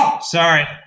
sorry